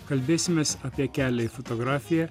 kalbėsimės apie kelią į fotografiją